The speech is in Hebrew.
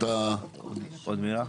עוד מילה?